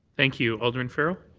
thank you. alderman farrell.